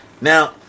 Now